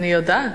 אני יודעת.